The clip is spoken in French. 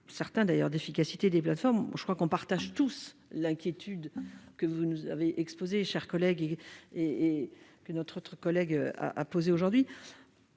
certains d'ailleurs d'efficacité des plateformes, je crois qu'on partage tous l'inquiétude que vous nous avez exposé chers collègues et et et que notre collègue, a posé aujourd'hui